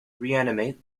reanimate